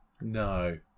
No